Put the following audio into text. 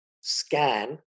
scan